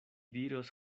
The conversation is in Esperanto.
diros